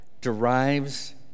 derives